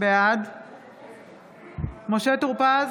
בעד משה טור פז,